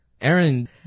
Aaron